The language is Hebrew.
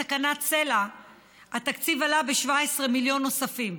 בתקנת סל"ע התקציב עלה ב-17 מיליון נוספים.